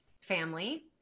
family